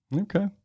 okay